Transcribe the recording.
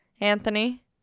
anthony